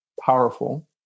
powerful